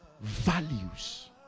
values